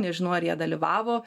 nežinau ar jie dalyvavo